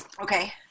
okay